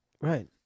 Right